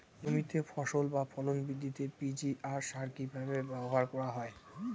জমিতে ফসল বা ফলন বৃদ্ধিতে পি.জি.আর সার কীভাবে ব্যবহার করা হয়?